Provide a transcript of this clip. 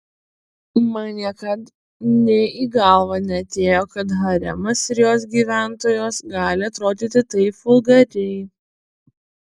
man niekad nė į galvą neatėjo kad haremas ir jos gyventojos gali atrodyti taip vulgariai